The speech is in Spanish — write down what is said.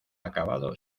acabado